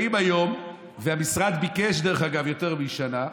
באים היום, והמשרד ביקש, דרך אגב, יותר משנה.